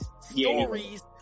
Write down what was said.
Stories